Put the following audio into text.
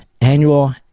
annual